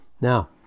Now